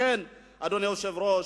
לכן, אדוני היושב-ראש,